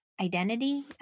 identity